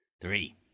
Three